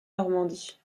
normandie